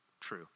true